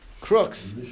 crooks